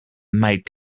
might